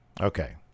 Okay